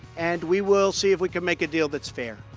and we will see if we can make a deal that's fair.